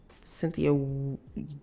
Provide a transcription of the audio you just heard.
Cynthia